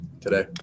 today